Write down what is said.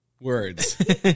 words